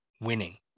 winning